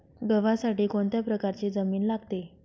गव्हासाठी कोणत्या प्रकारची जमीन लागते?